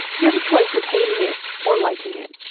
you have a choice of hating it, or liking it.